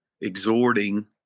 exhorting